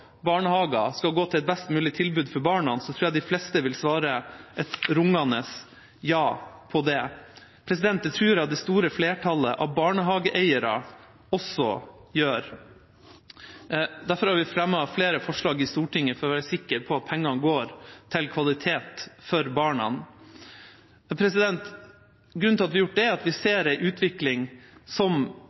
barnehager, skal gå til et best mulig tilbud for barna, tror jeg de fleste vil svare et rungende ja på det. Det tror jeg det store flertallet av barnehageeiere også gjør. Derfor har vi fremmet flere forslag i Stortinget, for å være sikre på at pengene går til kvalitet for barna. Grunnen til at vi har gjort det, er at vi ser en utvikling som